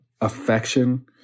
affection